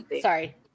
Sorry